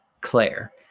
Claire